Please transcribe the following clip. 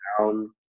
down